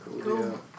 Cool